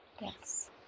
Yes